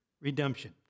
redemption